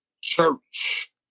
church